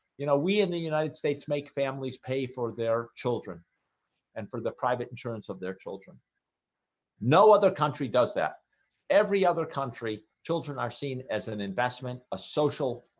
you know we in the united states make families pay for their children and for the private insurance of their children no other country does that every other country children are seen as an investment a social?